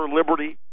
liberty